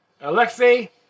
Alexei